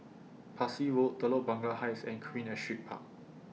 Parsi Road Telok Blangah Heights and Queen Astrid Park